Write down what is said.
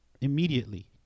immediately